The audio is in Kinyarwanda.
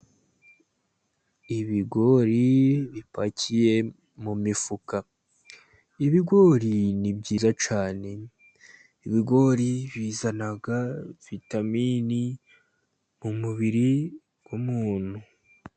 Ibigori bipakiye mu mifuka, ibigori ni byiza cyane, ibigori bizana vitaminini mu mubiri w'umuntu.